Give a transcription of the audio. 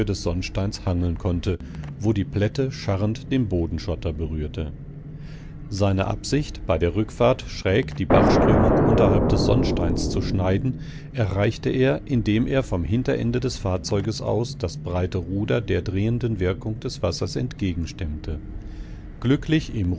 des sonnsteins hangeln konnte wo die plätte scharrend den bodenschotter berührte seine absicht bei der rückfahrt schräg die bachströmung unterhalb des sonnsteins zu schneiden erreichte er indem er vom hinterende des fahrzeugs aus das breite ruder der drehenden wirkung des wassers entgegenstemmte glücklich im